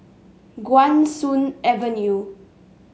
Guan Soon Avenue